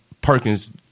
Perkins